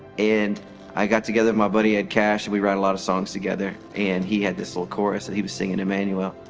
and i got together with my buddy ed cash, and we write a lot of songs together, and he had this little chorus, and he was singing emmanuel.